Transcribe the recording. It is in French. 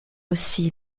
aussi